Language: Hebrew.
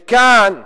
וכאן,